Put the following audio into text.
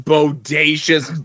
Bodacious